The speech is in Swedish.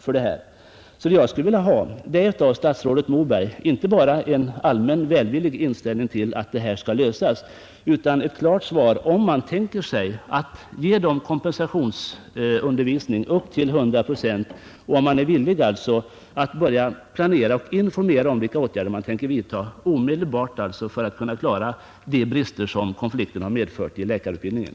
Vad jag skulle vilja ha av statsrådet Moberg är inte bara en allmänt välvillig deklaration att det här problemet skall lösas, utan ett klart svar om man tänker sig att ge kompensationsundervisning upp till hundra procent och om man är villig att omedelbart börja planera och informera om vilka åtgärder man tänker vidta för att eliminera de brister som konflikten har medfört i läkarutbildningen.